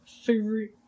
Favorite